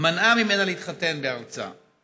מנעה ממנה להתחתן בארצה.